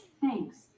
Thanks